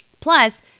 Plus